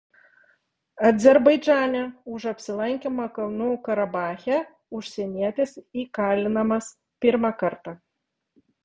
azerbaidžane už apsilankymą kalnų karabache užsienietis įkalinamas pirmą kartą